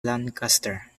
lancaster